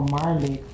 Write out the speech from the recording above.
Marley